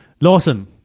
Lawson